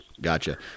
Gotcha